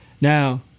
Now